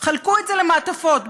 חלקו את זה למעטפות,